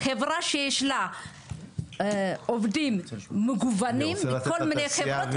חברה שיש לה עובדים מגוונים מכל מיני חברות,